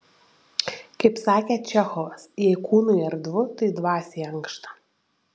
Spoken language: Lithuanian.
kaip sakė čechovas jei kūnui erdvu tai dvasiai ankšta